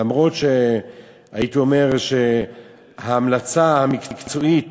למרות שהייתי אומר שההמלצה המקצועית